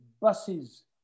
buses